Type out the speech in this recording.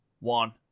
One